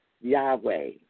Yahweh